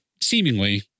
seemingly